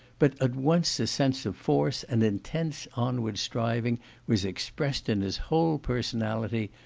but at once a sense of force and intense onward striving was expressed in his whole personality,